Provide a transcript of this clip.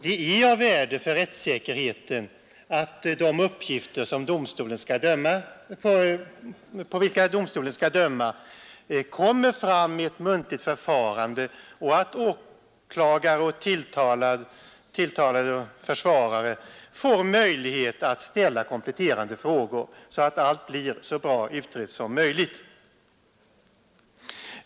Det är av värde för rättsäkerheten att de uppgifter på vilka domstolen skall döma kommer fram i ett muntligt förfarande och att åklagare och tilltalad och försvarare får möjlighet att ställa kompletterande frågor, så att allt blir så bra utrett som möjligt.